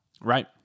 Right